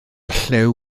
llew